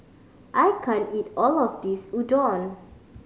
I can't eat all of this Udon